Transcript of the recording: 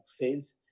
sales